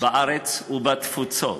בארץ ובתפוצות,